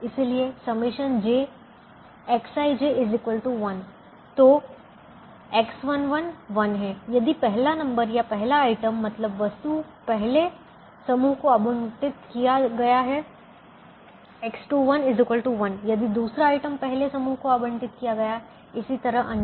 इसलिए jXij1 तो X11 1 है यदि पहला नंबर या पहला आइटम मतलब वस्तु पहले समूह को आवंटित किया गया है X21 1 यदि दूसरा आइटम पहले समूह को आवंटित किया जाता है और इसी तरह अन्य